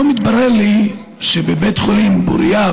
היום הסתבר לי שבבית חולים פוריה,